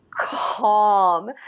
calm